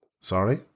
Sorry